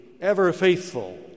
ever-faithful